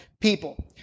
people